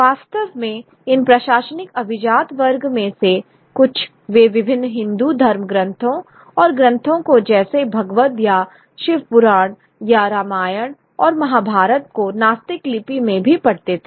वास्तव में इन प्रशासनिक अभिजात वर्ग में से कुछ वे विभिन्न हिंदू धर्मग्रंथों और ग्रंथों को जैसे भगवद या शिव पुराण या रामायण और महाभारत को नास्तिक लिपि में भी पढ़ते थे